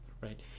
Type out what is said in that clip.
right